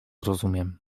rozumiem